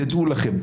תדעו לכם,